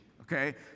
Okay